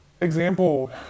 Example